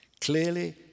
Clearly